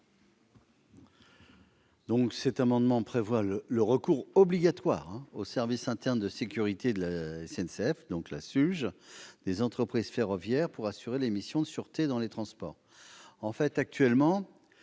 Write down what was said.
? Cet amendement vise à prévoir le recours obligatoire au service interne de sécurité de la SNCF, la SUGE, des entreprises ferroviaires pour assurer les missions de sûreté dans les transports. Actuellement,